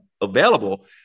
available